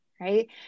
Right